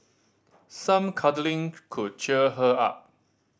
some cuddling could cheer her up